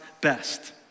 best